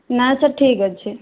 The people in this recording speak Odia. ନାଇଁ ସାର୍ ଠିକ୍ ଅଛି